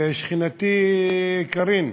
ושכנתי קארין,